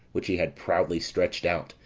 which he had proudly stretched out,